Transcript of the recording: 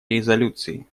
резолюции